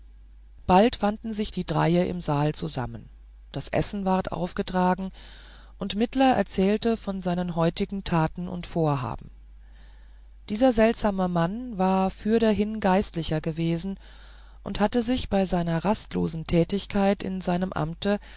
bald fanden sich die dreie im saale zusammen das essen ward aufgetragen und mittler erzählte von seinen heutigen taten und vorhaben dieser seltsame mann war früherhin geistlicher gewesen und hatte sich bei einer rastlosen tätigkeit in seinem amte